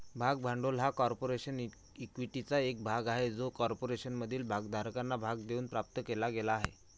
भाग भांडवल हा कॉर्पोरेशन इक्विटीचा एक भाग आहे जो कॉर्पोरेशनमधील भागधारकांना भाग देऊन प्राप्त केला गेला आहे